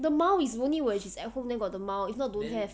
the 猫 is only when she's at home then got the 猫 if not don't have